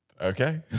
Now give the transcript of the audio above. Okay